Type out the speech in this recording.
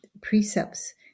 precepts